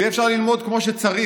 ויהיה אפשר ללמוד כמו שצריך.